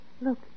Look